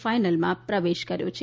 ફાઈનલમાં પ્રવેશ કર્યો છે